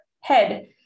head